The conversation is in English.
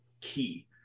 key